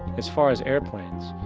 as far as airplanes,